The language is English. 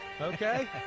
okay